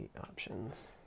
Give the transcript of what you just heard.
options